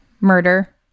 murder